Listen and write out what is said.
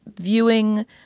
viewing